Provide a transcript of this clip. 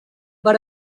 but